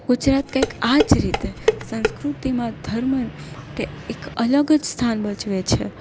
ગુજરાત કાંઈક આ જ રીતે સંસ્કૃતિમાં ધર્મ કે એક અલગ જ સ્થાન ભજવે છે